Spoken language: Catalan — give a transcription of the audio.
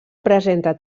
presenta